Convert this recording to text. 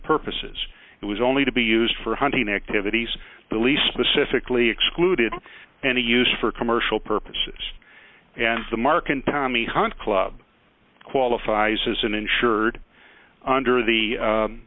purposes it was only to be used for hunting activities the least specifically excluded any use for commercial purposes and the mark and tommy hunt club qualifies as an insured under the